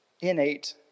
innate